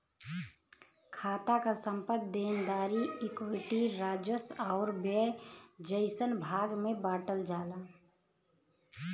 खाता क संपत्ति, देनदारी, इक्विटी, राजस्व आउर व्यय जइसन भाग में बांटल जाला